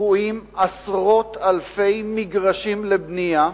תקועים היום עשרות אלפי מגרשים לבנייה,